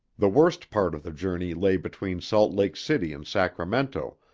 the worst part of the journey lay between salt lake city and sacramento,